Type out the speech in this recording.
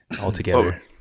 altogether